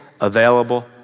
available